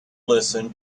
listen